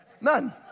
None